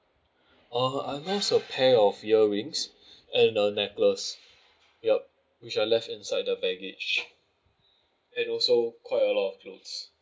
uh I lost a pair of earrings and the necklace yup which I left inside the baggage and also quite a lot of clothes